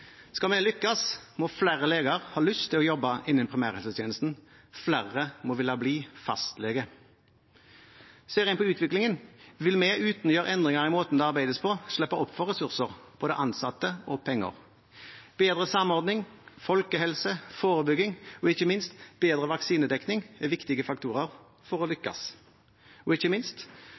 Skal vi lykkes, må flere leger ha lyst til å jobbe innen primærhelsetjenesten, flere må ville bli fastlege. Ser en på utviklingen, vil vi uten å gjøre endringer i måten det arbeides på, slippe opp for ressurser – både ansatte og penger. Bedre samordning, folkehelse, forebygging og ikke minst bedre vaksinedekning er viktige faktorer for å lykkes, og ikke minst: